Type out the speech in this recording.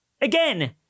Again